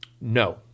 No